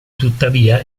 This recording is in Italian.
tuttavia